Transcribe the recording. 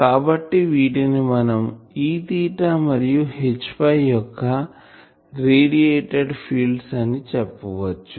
కాబట్టి వీటిని మనం Eθ మరియు Hϕ యొక్క రేడియేటెడ్ ఫీల్డ్స్ అని చెప్పచ్చు